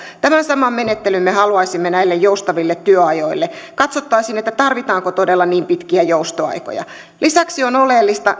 tämän saman menettelyn me haluaisimme näille joustaville työajoille katsottaisiin tarvitaanko todella niin pitkiä joustoaikoja lisäksi on oleellista